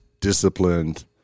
disciplined